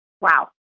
Wow